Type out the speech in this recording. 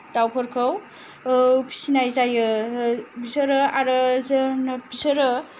दाउफोरखौ फिसिनाय जायो बिसोरो आरो जों बिसोरो